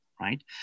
right